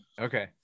Okay